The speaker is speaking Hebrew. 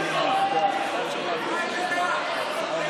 בושה, בושה.